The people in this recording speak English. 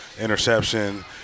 interception